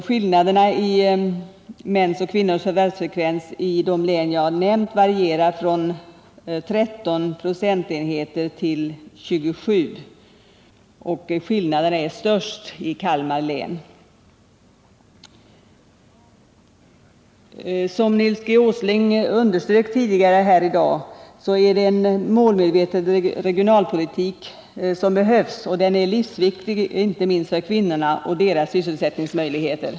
Skillnaderna mellan mäns och kvinnors förvärvsfrekvens i de län som jag har nämnt varierar från 13 procentenheter till 27 procentenheter. Skillnaderna är störst i Kalmar län. Som Nils G. Åsling underströk tidigare i dag behövs det en målmedveten regionalpolitik. Den är livsviktig inte minst för kvinnorna och deras sysselsättningsmöjligheter.